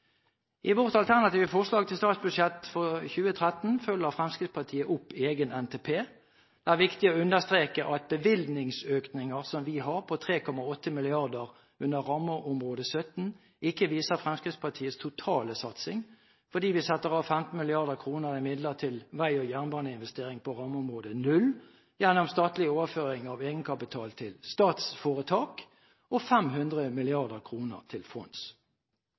I vårt alternative forslag til statsbudsjett for 2013 følger Fremskrittspartiet opp egen nasjonal transportplan. Det er viktig å understreke at bevilgningsøkninger som vi har på 3,8 mrd. kr under rammeområdet 17, ikke viser Fremskrittspartiets totale satsing fordi vi setter av 15 mrd. kr i midler til vei- og jernbaneinvesteringer på rammeområde 0 gjennom statlig overføring av egenkapital til statsforetak, og 500 mrd. kr til